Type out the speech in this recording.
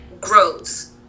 grows